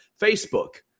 Facebook